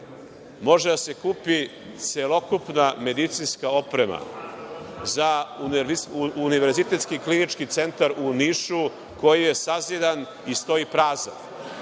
može da se kupi celokupna medicinska oprema za Univerzitetski klinički centar u Nišu koji je sazidan i stoji prazan